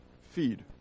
feed